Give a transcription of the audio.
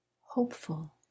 hopeful